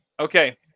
okay